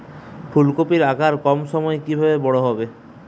ফুলকপির আকার কম সময়ে কিভাবে বড় হবে?